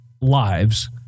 lives